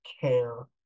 care